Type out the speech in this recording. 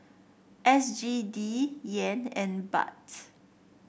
S G D Yen and Baht